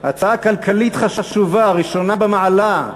הצעה כלכלית חשובה ראשונה במעלה,